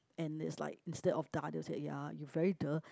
and is like instead of the other ya you very duh